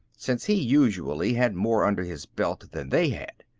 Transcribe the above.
since he usually had more under his belt than they had.